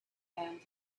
and